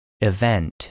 Event